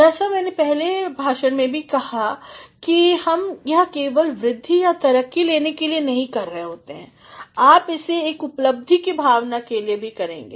जैसा मैने कहा पिछले भाषण में क्या हम यह केवलवृद्धिया तरक्की लेने के लिए कर रहे हैं नहीं आप इसे एक उपलब्धि की भावना के लिए भी करेंगे